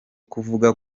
kuvuga